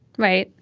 right.